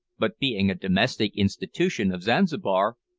but, being a domestic institution of zanzibar,